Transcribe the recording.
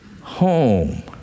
home